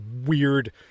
weird